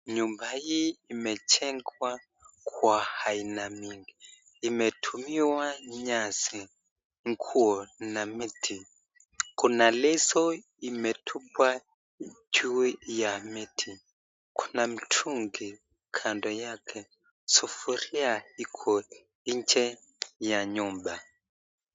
Nyumba hii imejengwa kwa aina mingi. Imetumiwa nyasi, nguo na miti. Kuna leso imetupwa juu ya miti, kuna mtungi kando yake, sufuria iko nje ya nyumba.